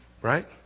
Right